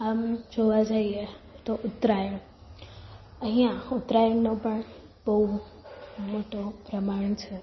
આમ જોવા જઈએ તો ઉત્તરાયણ અહીંયા ઉત્તરાયણનો પણ બહુ મોટો પ્રમાણ છે